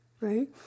right